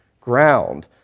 ground